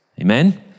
Amen